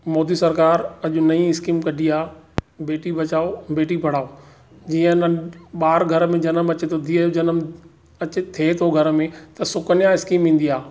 मोदी सरकारु अॼु नई स्कीम कढी आहे बेटी बचाओ बेटी पढ़ाओ जीअं उन्हनि ॿार घर में जनमु अचे थो धीअ जनमु अची थे तो घर में त सुकन्या स्कीम ईंदी आहे